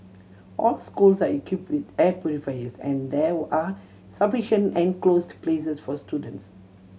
all schools are equipped with air purifiers and there were are sufficient enclosed places for students